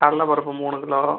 கல்லைப்பருப்பு மூணு கிலோ